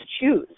choose